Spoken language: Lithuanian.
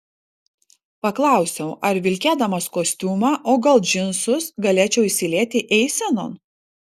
paklausiau ar vilkėdamas kostiumą o gal džinsus galėčiau įsilieti eisenon